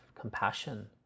compassion